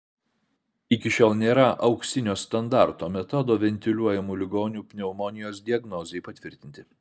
iki šiol nėra auksinio standarto metodo ventiliuojamų ligonių pneumonijos diagnozei patvirtinti